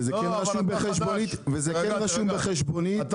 וזה כן רשום בחשבונית -- לא,